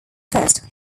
first